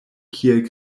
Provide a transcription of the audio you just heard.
kiel